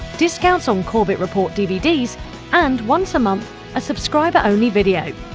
discounts on corbett report dvds and once a month a subscriber-only video.